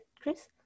Chris